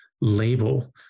label